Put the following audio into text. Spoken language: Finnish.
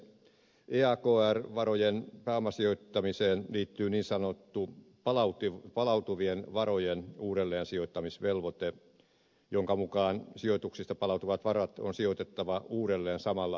eakr varojen pääomasijoittamiseen liittyy niin sanottu palautuvien varojen uudelleensijoittamisvelvoite jonka mukaan sijoituksista palautuvat varat on sijoitettava uudelleen samalla alueella